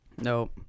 Nope